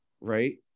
right